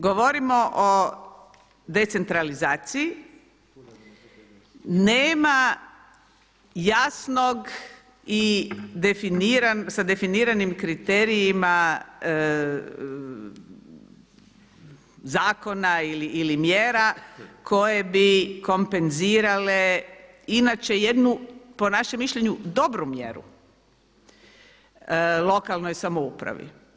Govorimo o decentralizaciji, nema jasnog i definiranog, sa definiranim kriterijima zakona ili mjera koje bi kompenzirale inače jednu po našem mišljenju dobru mjeru lokalnoj samoupravi.